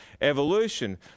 evolution